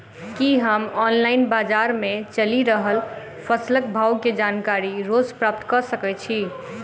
की हम ऑनलाइन, बजार मे चलि रहल फसलक भाव केँ जानकारी रोज प्राप्त कऽ सकैत छी?